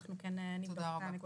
אנחנו כן נבהיר את הנקודה.